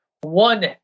one